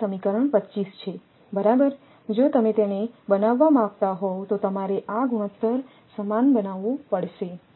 સમીકરણ 25 છે બરાબર જો તમે તેને બનાવવા માંગતા હોવ તો તમારે આ ગુણોત્તર સમાન બનાવવો પડશે